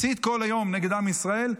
מסית כל היום נגד עם ישראל.